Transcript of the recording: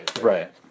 right